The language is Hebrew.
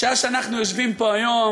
בשעה שאנחנו יושבים פה היום,